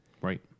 Right